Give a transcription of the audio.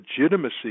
legitimacy